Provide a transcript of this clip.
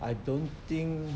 I don't think